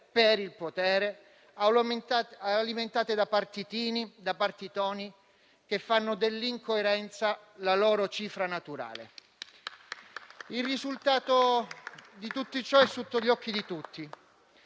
per il potere, alimentate da partitini e partitoni che fanno dell'incoerenza la loro cifra naturale. Il risultato di tutto ciò è sotto gli occhi di tutti: